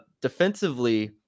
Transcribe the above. defensively